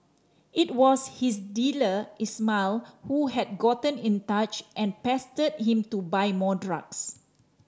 it was his dealer Ismail who had gotten in touch and pestered him to buy more drugs